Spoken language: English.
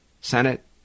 Senate